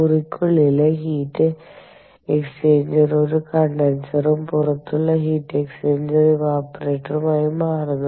മുറിക്കുള്ളിലെ heat exchanger ഒരു കണ്ടൻസറും പുറത്തുള്ള ഹീറ്റ് എക്സ്ചേഞ്ചർ ഇവാപറേറ്ററും ആയി മാറുന്നു